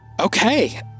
Okay